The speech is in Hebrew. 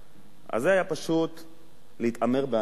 אז זה היה פשוט להתעמר באנשים,